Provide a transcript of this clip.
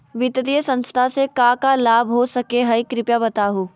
वित्तीय संस्था से का का लाभ हो सके हई कृपया बताहू?